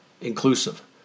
Inclusive